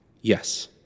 Yes